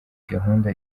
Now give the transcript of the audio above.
gahunda